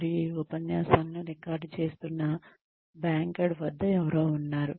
మరియు ఈ ఉపన్యాసాలను రికార్డ్ చేస్తున్న బ్యాకెండ్ వద్ద ఎవరో ఉన్నారు